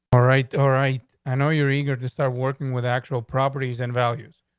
all right, all right. i know you're eager to start working with actual properties and values,